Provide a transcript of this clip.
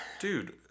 dude